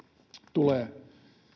tulee